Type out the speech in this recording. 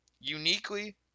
uniquely